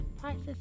prices